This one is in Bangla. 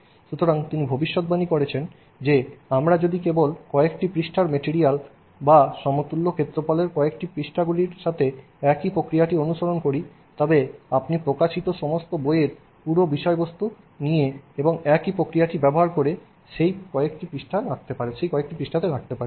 সুতরাং তিনি ভবিষ্যদ্বাণী করেছেন যে আমরা যদি কেবল কয়েকটি পৃষ্ঠার মেটেরিয়াল বা সমতুল্য ক্ষেত্রফলের কয়েকটি পৃষ্ঠাগুলির সাথে একই প্রক্রিয়াটি অনুসরণ করি তবে আপনি প্রকাশিত সমস্ত বইয়ের পুরো বিষয়বস্তু নিতে এবং একই প্রক্রিয়াটি ব্যবহার করে সেই কয়েকটি পৃষ্ঠাতে রাখতে পারেন